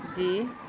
جی